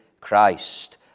christ